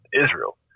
israel